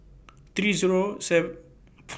three Zero